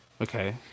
Okay